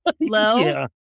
Low